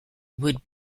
would